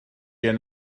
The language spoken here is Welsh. fydd